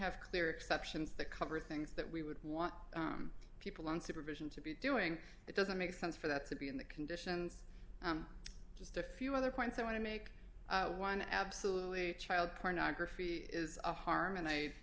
have clear exceptions that cover things that we would want people on supervision to be doing it doesn't make sense for that to be in the conditions just a few other points i want to make one absolutely child pornography is a harm and